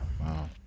Wow